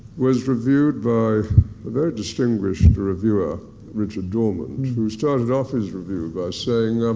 was reviewed by a very distinguished reviewer richard dormant, who started off his review by saying,